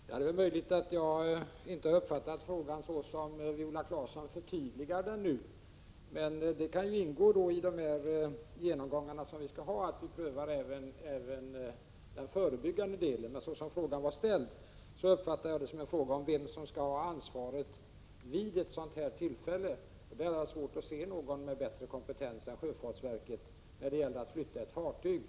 Herr talman! Det är möjligt att jag inte har uppfattat frågan så som den framställs när Viola Claesson nu förtydligar den. En prövning även av den förebyggande delen kan emellertid ingå i de genomgångar som vi nu skall göra. Som frågan var ställd uppfattade jag att den gällde vem som skall ha ansvaret vid ett sådant här tillfälle, och då har jag svårt att se att det finns någon med bättre kompetens än sjöfartsverket när det gäller att flytta ett fartyg.